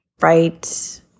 right